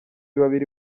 babiri